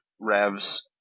Rev's